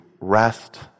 rest